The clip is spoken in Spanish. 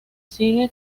sigue